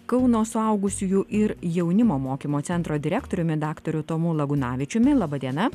kauno suaugusiųjų ir jaunimo mokymo centro direktoriumi daktaru tomu lagūnavičiumi laba diena